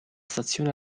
stazione